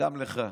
גם לך: